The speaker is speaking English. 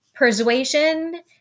Persuasion